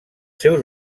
seus